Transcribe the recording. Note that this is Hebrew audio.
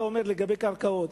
אתה אומר לגבי קרקעות,